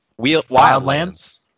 Wildlands